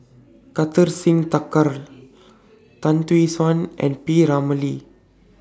Kartar Singh Thakral Tan Tee Suan and P Ramlee